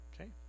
Okay